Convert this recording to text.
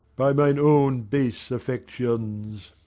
by mine own base affections.